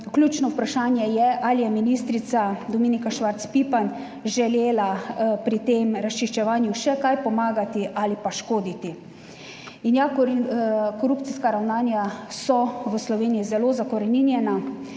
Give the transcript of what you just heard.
ključno vprašanje je ali je ministrica Dominika Švarc Pipan želela pri tem razčiščevanju še kaj pomagati ali pa škoditi. In ja, korupcijska ravnanja so v Sloveniji zelo zakoreninjena,